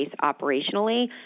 operationally